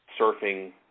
surfing